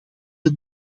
het